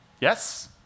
Yes